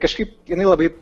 kažkaip jinai labai